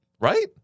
Right